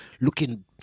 looking